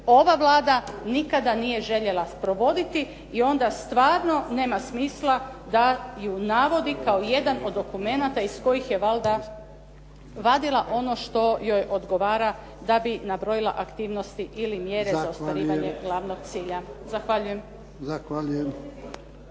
ova Vlada nikada nije željela provoditi i onda stvarno nema smisla da ju navodi kao jedan od dokumenata iz kojih je valjda vadila ono što joj odgovara da bi nabrojila aktivnosti ili mjere za uspostavljanje glavnog cilja. Zahvaljujem.